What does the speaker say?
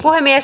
puhemies